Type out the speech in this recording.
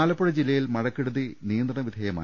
ആലപ്പൂഴ ജില്ലയിൽ മഴക്കെടുതി നിയന്ത്രണ വിധേയമായി